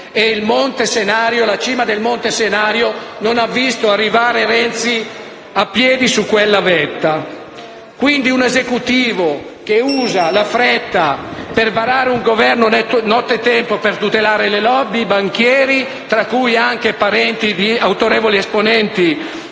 e il Monte Senario non ha visto arrivare Renzi a piedi su quella vetta. Quindi questo è un Esecutivo che usa la fretta per varare un decreto nottetempo per tutelare le *lobby* e i banchieri, tra cui anche parenti di autorevoli esponenti